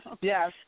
Yes